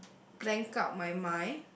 blank out my mind